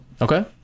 Okay